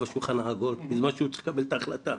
השולחן העגול בזמן שהוא צריך לקבל את ההחלטה.